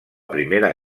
primera